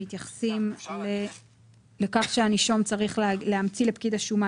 שמתייחסים לכך שהנישום צריך להמציא לפקיד השומה,